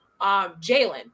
Jalen